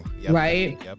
Right